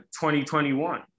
2021